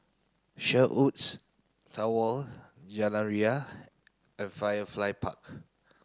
Sherwoods Tower Jalan Ria and Firefly Park